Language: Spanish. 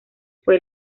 fue